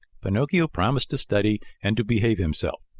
pinocchio promised to study and to behave himself.